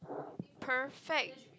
perfect